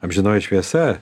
amžinoji šviesa